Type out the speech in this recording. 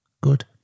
Good